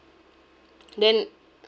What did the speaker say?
then